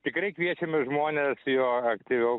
tikrai kviečiame žmones jo aktyviau